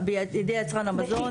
בידי יצרן המזון.